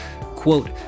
quote